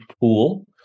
pool